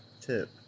tip